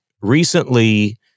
recently